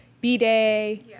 B-Day